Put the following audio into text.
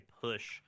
push